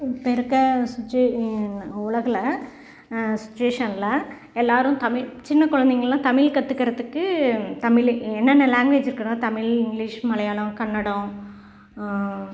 இப்போ இருக்கற சுச்சுவே உலகுகில் சுச்சுவேஷனில் எல்லோரும் தமிழ் சின்ன குழந்தைங்கள்லாம் தமிழ் கற்றுக்கிறதுக்கு தமிழில் என்னென்ன லாங்வேஜ் இருக்குதுனா தமிழ் இங்கிலீஷ் மலையாளம் கன்னடம்